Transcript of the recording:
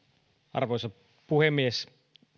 arvoisa puhemies